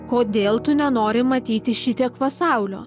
kodėl tu nenori matyti šitiek pasaulio